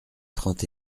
trente